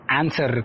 answer